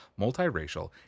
multiracial